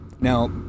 Now